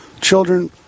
children